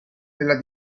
della